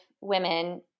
women